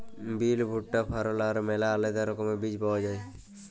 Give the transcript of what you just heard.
বিল, ভুট্টা, ফারল আর ম্যালা আলেদা রকমের বীজ পাউয়া যায়